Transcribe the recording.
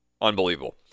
Unbelievable